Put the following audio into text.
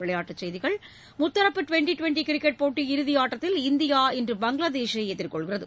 விளையாட்டுச் செய்திகள் முத்தரப்பு டிவெண்டி டிவெண்டி கிரிக்கெட் போட்டி இறுதியாட்டத்தில் இந்தியா இன்று பங்களாதேஷை எதிர்கொள்கிறது